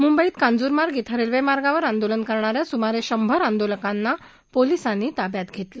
मुंबईत कांजूरमार्ग ध्वं रेल्वेमार्गावर आंदोलन करणाऱ्या सुमारे शंभर आंदोलकांना पोलिसांनी ताब्यात घेतलं